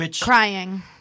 Crying